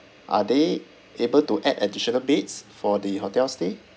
are they able to add additional beds for the hotel stay